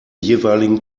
jeweiligen